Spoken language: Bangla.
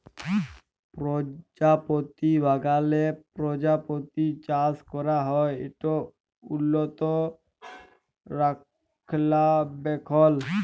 পরজাপতি বাগালে পরজাপতি চাষ ক্যরা হ্যয় ইট উল্লত রখলাবেখল